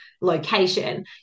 location